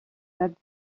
that